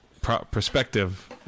Perspective